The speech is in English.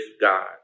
God